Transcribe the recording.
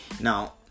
Now